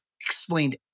explained